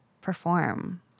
perform